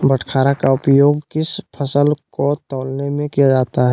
बाटखरा का उपयोग किस फसल को तौलने में किया जाता है?